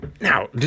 now